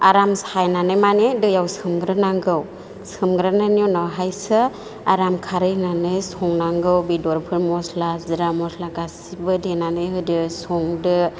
आराम सायनानै माने दैआव सोमग्रोनांगौ सोमग्रोनायनि उनावहायसो आराम खारै होनानै संनांगौ बेदरफोर मस्ला जिरा मस्ला गासैबो देनानै होदो संदो